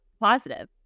positive